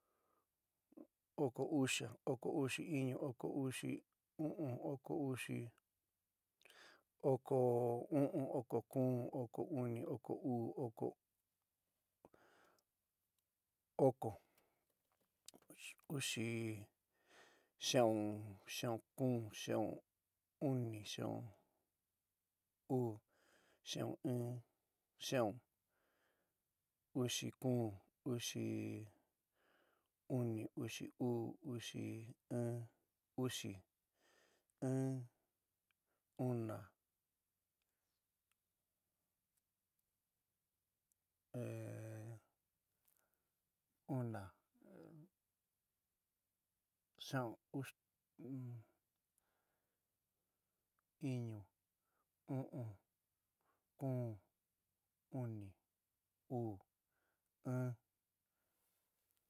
Oko uxa, oko uxi iñu, oko uxi u'ún, oko uxi- oko u'ún, oko kuún, oko uni, oko uu, oko- oko, uxi, xia'un, xia'un kuún. xia'un uni. xia'un uu. xia'un in, xia'un- uxi kuún, uxi uni uxi uú, uxi in, uxi, ɨɨn, una, una, xia'un uxi, iñu, u'un, kuún. uni, uú, in.